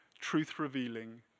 truth-revealing